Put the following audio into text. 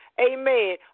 Amen